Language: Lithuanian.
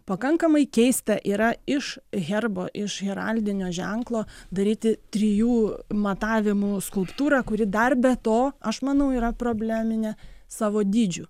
pakankamai keista yra iš herbo iš heraldinio ženklo daryti trijų matavimų skulptūrą kuri dar be to aš manau yra probleminė savo dydžiu